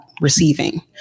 receiving